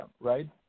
right